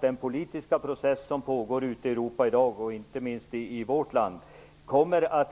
Den politiska process som pågår ute i Europa i dag - inte minst i vårt land - kommer att